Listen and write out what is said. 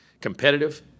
competitive